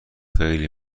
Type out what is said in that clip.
خیلی